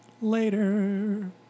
Later